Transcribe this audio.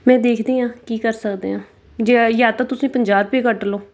ਮੈਂ ਦੇਖਦੀ ਹਾਂ ਕੀ ਕਰ ਸਕਦੇ ਹਾਂ ਜੇ ਜਾਂ ਤਾਂ ਤੁਸੀਂ ਪੰਜਾਹ ਰੁਪਏ ਕੱਟ ਲਓ